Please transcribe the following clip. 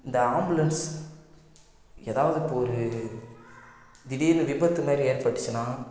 இந்த ஆம்புலன்ஸ் ஏதாவது இப்போ ஒரு திடீர்ன்னு விபத்து மாரி ஏற்பட்டுச்சுன்னா